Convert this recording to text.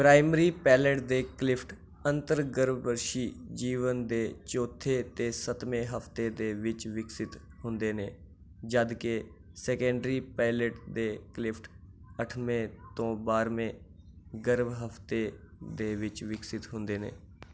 primary palate दे cleft अंतर्गर्भाशी जीवन दे चौथे ते सतमें हफ्ते दे बिच्च विकसत होंदे न जद् के सेकेंडरी पैलेट दे क्लिफ्ट अठमें ते बाह्रमें गर्भ हफ्ते दे बिच्च विकसत होंदे न